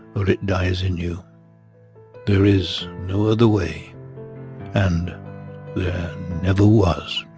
or it dies in you there is no other way and there never was